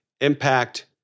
impact